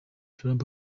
trump